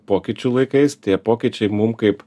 pokyčių laikais tie pokyčiai mum kaip